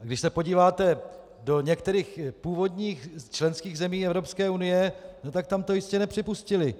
Když se podíváte do některých původních členských zemí Evropské unie, tak tam to jistě nepřipustili.